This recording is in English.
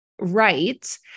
right